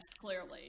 clearly